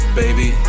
baby